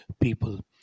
People